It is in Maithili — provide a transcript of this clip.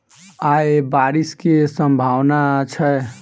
आय बारिश केँ सम्भावना छै?